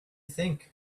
think